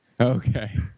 Okay